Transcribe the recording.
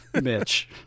Mitch